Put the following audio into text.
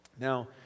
Now